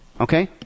Okay